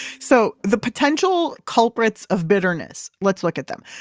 so, the potential culprits of bitterness. let's look at them.